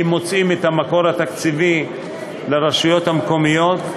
אם מוצאים את המקור התקציבי לרשויות המקומיות,